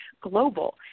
global